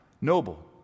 Noble